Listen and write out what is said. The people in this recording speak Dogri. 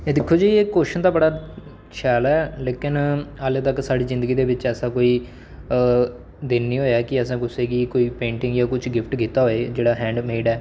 एह् दिक्खो जी एह् कुशन तां बड़ा शैल ऐ लेकिन हाले तक साढ़ी जिंदगी दे बिच ऐसा कोई दिन निं होया की असें कुसै गी कोई पेंटिंग जां कुछ गिफ्ट कीता होवै जेह्ड़ा हैंडमेड ऐ